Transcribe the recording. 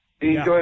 Enjoy